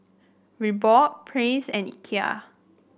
Reebok Praise and Ikea